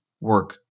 work